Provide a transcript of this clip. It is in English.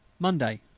monday,